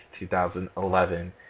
2011